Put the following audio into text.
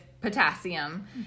potassium